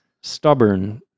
stubborn